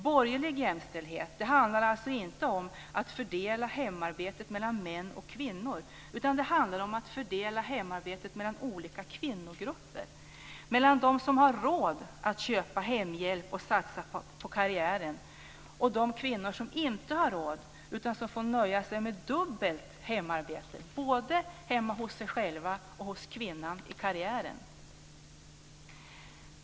Borgerlig jämställdhet handlar alltså inte om att fördela hemarbetet mellan män och kvinnor utan om att fördela hemarbetet mellan olika kvinnogrupper, mellan de kvinnor som har råd att köpa hemhjälp och satsa på karriären och de kvinnor som inte har råd och får nöja sig med dubbelt hemarbete både hemma hos sig själva och hos kvinnan i karriären.